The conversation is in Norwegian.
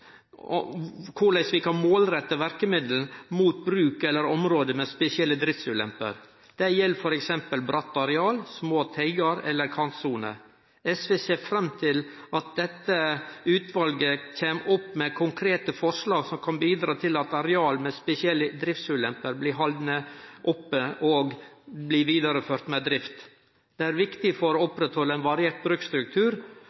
på korleis vi kan målrette verkemiddel mot bruk eller område med spesielle driftsulemper. Det gjeld f.eks. bratt areal, små teigar eller kantsoner. SV ser fram til at dette utvalet kjem opp med konkrete forslag som kan bidra til at areal med spesielle driftsulemper blir haldne oppe og blir vidareførte med drift. Det er viktig for å